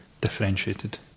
differentiated